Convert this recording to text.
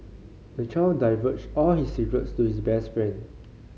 the child divulged all his secrets to his best friend